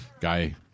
guy